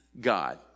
God